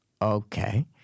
Okay